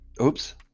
Oops